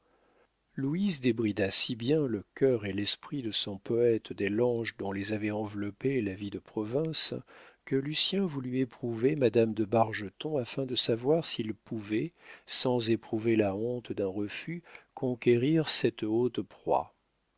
louise débrida si bien le cœur et l'esprit de son poète des langes dont les avait enveloppés la vie de province que lucien voulut éprouver madame de bargeton afin de savoir s'il pouvait sans éprouver la honte d'un refus conquérir cette haute proie